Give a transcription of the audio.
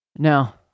Now